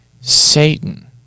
Satan